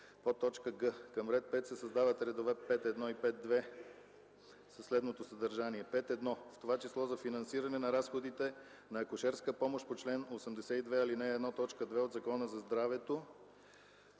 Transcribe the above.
– 7 900”; г) към ред 5 се създават редове 5.1 и 5.2 със следното съдържание: „ 5.1. в това число за финансиране на разходите за акушерска помощ по чл. 82, ал. 1, т. 2 от Закона за здравето